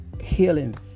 Healing